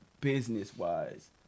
business-wise